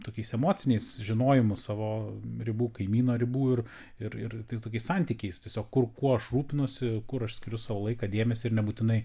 tokiais emociniais žinojimu savo ribų kaimyno ribų ir ir ir tais tokiais santykiais tiesiog kur kuo aš rūpinosi kur aš skiriu savo laiką dėmesį ir nebūtinai